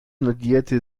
notierte